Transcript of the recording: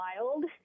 wild